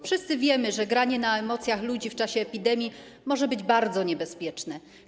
Wszyscy wiemy, że granie na emocjach ludzi w czasie epidemii może być bardzo niebezpieczne.